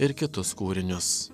ir kitus kūrinius